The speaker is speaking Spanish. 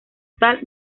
tal